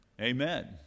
Amen